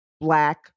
Black